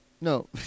No